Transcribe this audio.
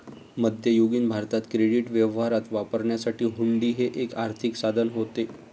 मध्ययुगीन भारतात क्रेडिट व्यवहारात वापरण्यासाठी हुंडी हे एक आर्थिक साधन होते